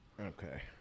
Okay